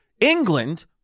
England